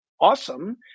awesome